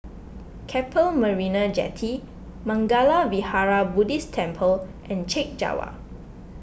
Keppel Marina Jetty Mangala Vihara Buddhist Temple and Chek Jawa